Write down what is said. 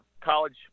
college